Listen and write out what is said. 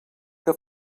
que